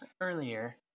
earlier